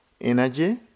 energy